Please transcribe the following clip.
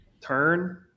turn